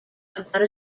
about